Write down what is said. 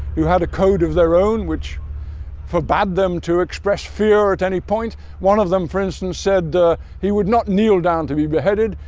who had a code of their own which forbad them to express fear at any point one of them for instance said he would not kneel down to be beheaded,